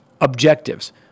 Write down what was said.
objectives